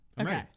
Okay